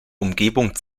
umgebung